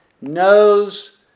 knows